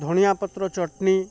ଧଣିଆ ପତ୍ର ଚଟନୀ